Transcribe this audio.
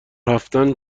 رفتن